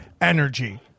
energy